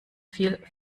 viel